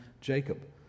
Jacob